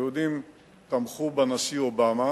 היהודים תמכו בנשיא אובמה